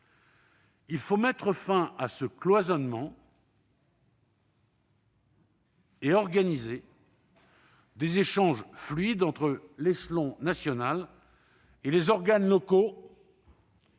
Il faut mettre fin à ce cloisonnement et organiser des échanges fluides entre l'échelon national et les organes locaux,